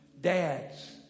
Dads